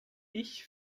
ich